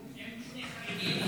כי הם שני חרדים,